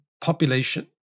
population